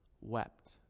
wept